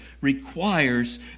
requires